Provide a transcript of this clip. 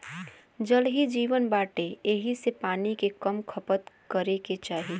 जल ही जीवन बाटे एही से पानी के कम खपत करे के चाही